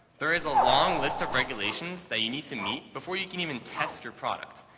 there is a long list of regulations that you need to meet before you can even test your product.